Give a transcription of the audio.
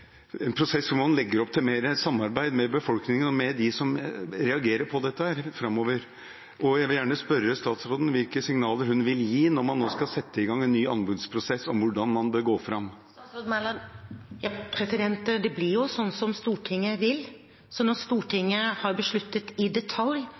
samarbeid med befolkningen og med dem som reagerer på dette. Jeg vil gjerne spørre statsråden: Når man nå skal sette i gang en ny anbudsprosess, hvilke signaler vil hun gi om hvordan man bør gå fram? Det blir jo sånn som Stortinget vil. Så når